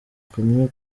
kumwe